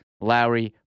Lowry